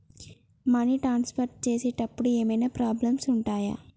Money transfer చేసేటప్పుడు ఏమైనా problems ఉంటయా?